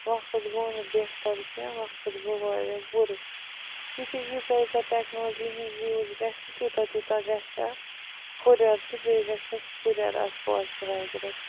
وقت گوٚو نہٕ بہتر کیٚنٛہہ وقت گوٚو واریاہ بُرٕ یُتھُے ییٖژاہ ییٖژاہ ٹٮ۪کنالجی ہِنٛز یوٗز گژھِ تیوٗتاہ تیوٗتاہ گَژھِ اَتھ ہُرٮ۪ر تہٕ بیٚیہِ گَژھٮ۪س پُرٮ۪ر اَتھ پاسچِرایزرَس